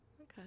Okay